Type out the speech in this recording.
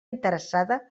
interessada